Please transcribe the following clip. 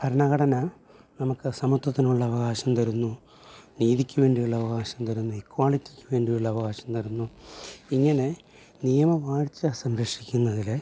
ഭരണഘടന നമുക്ക് സമത്വത്തിനുള്ള അവകാശം തരുന്നു നീതിക്ക് വേണ്ടിയുള്ള അവകാശം തരുന്നു ഇക്വാളിറ്റിക്ക് വേണ്ടിയുള്ള അവകാശം തരുന്നു ഇങ്ങനെ നിയമവാഴ്ച സംംരക്ഷിക്കുന്നതിൽ